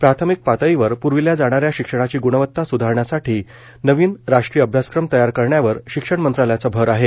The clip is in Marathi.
प्राथमिक पातळीवर प्रविल्या जाणाऱ्या शिक्षणाची गुणवत्ता सुधारण्यासाठी नवीन राष्ट्रीय अभ्यासक्रम तयार करण्यावर शिक्षण मंत्रालयाचा भर आहे